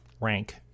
rank